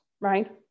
right